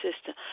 system